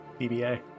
BBA